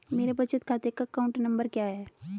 मेरे बचत खाते का अकाउंट नंबर क्या है?